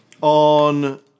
...on